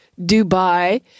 Dubai